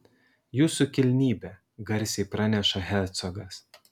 jūsų kilnybe garsiai praneša hercogas